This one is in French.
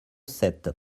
sept